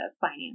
finance